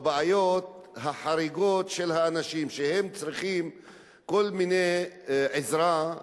בבעיות החריגות של האנשים שצריכים עזרה,